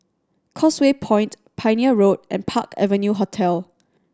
Causeway Point Pioneer Road and Park Avenue Hotel